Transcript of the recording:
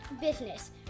business